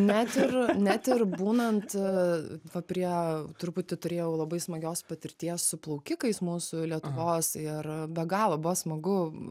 net ir net ir būnant va prie truputį turėjau labai smagios patirties su plaukikais mūsų lietuvos ir be galo buvo smagu